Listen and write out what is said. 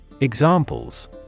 Examples